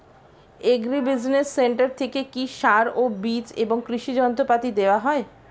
Agri business centre থেকে কি সার ও বিজ এবং কৃষি যন্ত্র পাতি দেওয়া হয়?